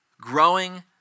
growing